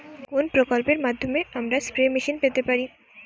কোন প্রকল্পের মাধ্যমে আমরা স্প্রে মেশিন পেতে পারি?